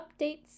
updates